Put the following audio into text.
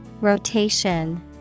Rotation